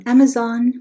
Amazon